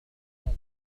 فوجي